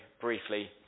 briefly